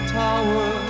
tower